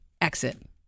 exit